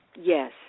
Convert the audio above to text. Yes